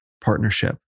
partnership